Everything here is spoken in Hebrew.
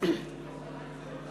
לזכויות הילד.